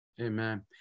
Amen